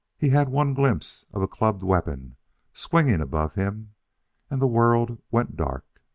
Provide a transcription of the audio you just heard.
he had one glimpse of a clubbed weapon swinging above him and the world went dark.